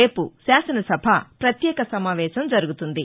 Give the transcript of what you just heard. రేపు శాసనసభ పత్యేక సమావేశం జరుగుతుంది